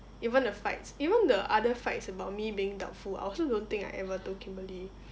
even the fights even the other fights about me being doubtful I also don't think I ever told kimberly